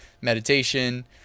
meditation